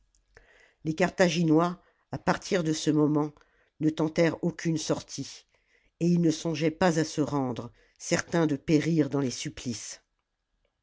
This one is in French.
les carthaginois à partir de ce moment ne tentèrent aucune sortie et ils ne songeaient pas à se rendre certains de périr dans les supplices